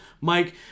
Mike